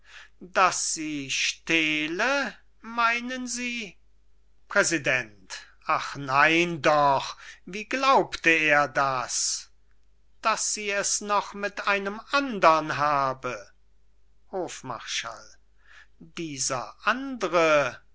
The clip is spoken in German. daß sie stehle meinen sie präsident ach nein doch wie glaubte er das daß sie es noch mit einem andern habe hofmarschall dieser andre